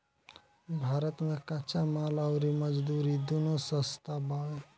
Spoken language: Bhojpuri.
भारत मे कच्चा माल अउर मजदूरी दूनो सस्ता बावे